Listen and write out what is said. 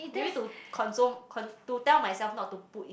you need to console con~ to tell myself not to put in